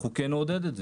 אנחנו נעודד את זה.